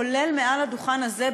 כולל מעל הדוכן הזה,